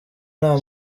nta